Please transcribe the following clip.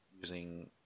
using